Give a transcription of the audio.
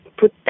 put